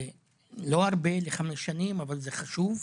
זה לא הרבה לחמש שנים אבל זה חשוב.